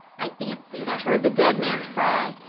i fancied i heard the dead man's cry,